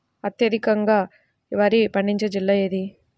అత్యధికంగా వరి పండించే జిల్లా ఏది?